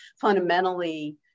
fundamentally